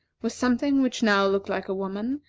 was something which now looked like a woman,